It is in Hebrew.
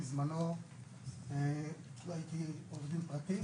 בזמנו הייתי עורך דין פרטי,